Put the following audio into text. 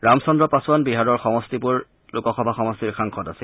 ৰামচন্দ্ৰ পাছোৱান বিহাৰৰ সমষ্টিপুৰ লোকসভা সমষ্টিৰ সাংসদ আছিল